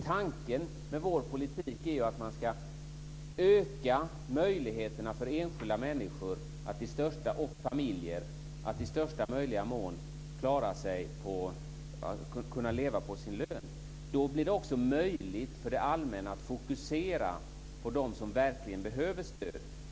Tanken med vår politik är att öka möjligheterna för enskilda människor och familjer att i största möjliga mån kunna leva på sin lön. Då blir det också möjligt för det allmänna att fokusera på dem som verkligen behöver stöd.